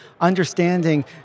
understanding